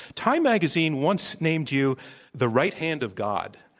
time magazine once named you the right hand of god.